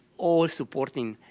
all supporting